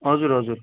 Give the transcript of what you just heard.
हजुर हजुर